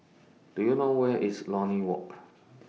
Do YOU know Where IS Lornie Walk